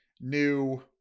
new